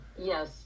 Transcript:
yes